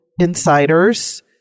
insiders